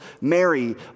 mary